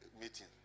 meeting